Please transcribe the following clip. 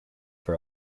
for